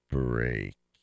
break